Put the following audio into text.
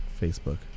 Facebook